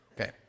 okay